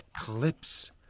eclipse